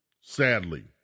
sadly